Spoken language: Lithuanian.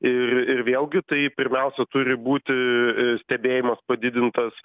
ir ir vėlgi tai pirmiausia turi būti stebėjimas padidintas